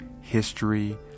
history